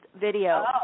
video